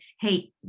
Hey